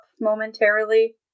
momentarily